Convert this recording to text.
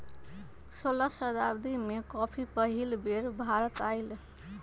सोलह शताब्दी में कॉफी पहिल बेर भारत आलय